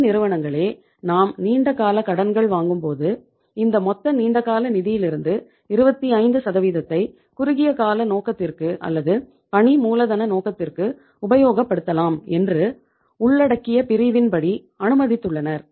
நிதி நிறுவனங்களே நாம் நீண்ட கால கடன்கள் வாங்கும்போது இந்த மொத்த நீண்டகால நிதியிலிருந்து 25ஐ குறுகிய கால நோக்கத்திற்கு அல்லது பணி மூலதன நோக்கத்திற்கு உபயோகப்படுத்தலாம் என்று உள்ளடிக்கிய பிரிவின் படி அனுமதித்துள்ளனர்